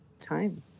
time